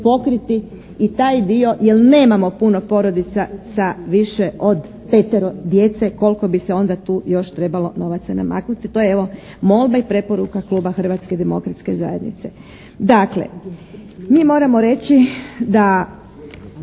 pokriti i taj dio jer nemamo puno porodica sa više od petero djece koliko bi se onda tu još trebalo novaca namaknuti. To je evo molba i preporuka Kluba Hrvatske demokratske zajednice. Dakle mi moramo reći da